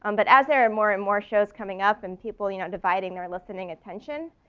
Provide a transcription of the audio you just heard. um but as there are more and more shows coming up and people you know, dividing their listening attention,